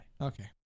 okay